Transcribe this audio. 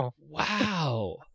Wow